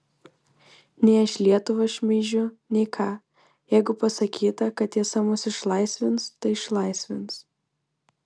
nei aš lietuvą šmeižiu nei ką jeigu pasakyta kad tiesa mus išlaisvins tai išlaisvins